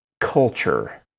culture